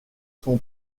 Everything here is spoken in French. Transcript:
son